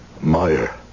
Meyer